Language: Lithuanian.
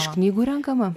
iš knygų renkama